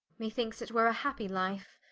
me thinkes it were a happy life,